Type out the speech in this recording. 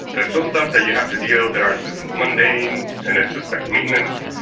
there's still stuff that you have to deal that are less mundane and it's just like maintenance.